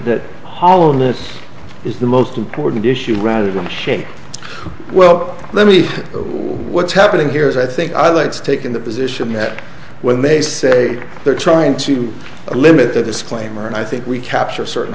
that hollowness is the most important issue rather than the shape well let me what's happening here is i think i'd like to take in the position that when they say they're trying to limit the disclaimer and i think we capture a certain